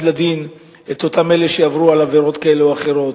לדין את אותם אלה שעברו עבירות כאלה או אחרות.